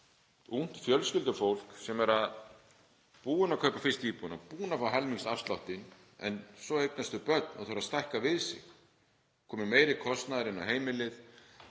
ungt fjölskyldufólk sem er búið að kaupa fyrstu íbúð, búið að fá helmingsafsláttinn, en svo eignast það börn og þarf að stækka við sig, kominn meiri kostnaður inn á heimilið